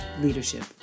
leadership